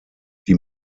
die